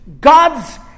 God's